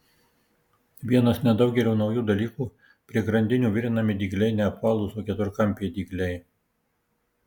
vienas nedaugelio naujų dalykų prie grandinių virinami dygliai ne apvalūs o keturkampiai dygliai